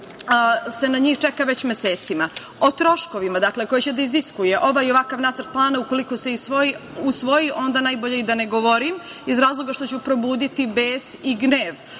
se na njih čeka već mesecima.O troškovima koje će da iziskuje ovaj i ovakav nacrt plana ukoliko se usvoji onda najbolje i da ne govorim, iz razloga što ću probuditi bes i gnev